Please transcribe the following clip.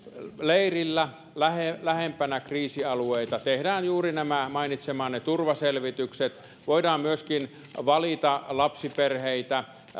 leirillä lähempänä lähempänä kriisialueita tehdään juuri nämä mainitsemanne turvaselvitykset ja voidaan myöskin valita lapsiperheitä